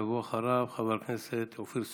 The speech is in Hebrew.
יבוא אחריו חבר הכנסת אופיר סופר.